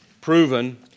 Proven